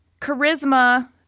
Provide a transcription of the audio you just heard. charisma